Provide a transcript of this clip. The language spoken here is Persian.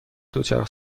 دوچرخه